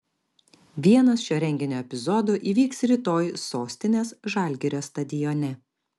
vienas šio renginio epizodų įvyks rytoj sostinės žalgirio stadione